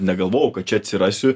negalvojau kad čia atsirasiu